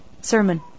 sermon